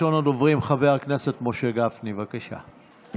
ראשון הדוברים חבר הכנסת משה גפני, בבקשה.